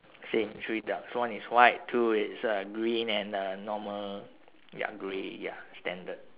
same three ducks one is white two is uh grey and a normal ya grey ya standard